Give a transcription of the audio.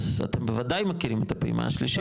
אתם בוודאי מכירים את הפעימה השלישית,